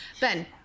Ben